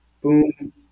boom